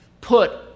put